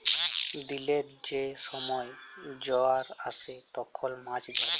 দিলের যে ছময় জয়ার আসে তখল মাছ ধ্যরে